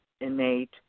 innate